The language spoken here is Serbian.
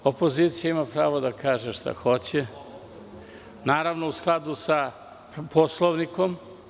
Opozicija ima prava da kaže šta hoće, naravno, u skladu sa Poslovnikom.